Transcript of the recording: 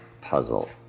puzzle